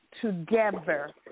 together